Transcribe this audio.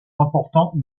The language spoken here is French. emportant